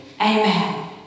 Amen